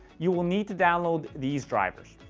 you will need to download these drivers.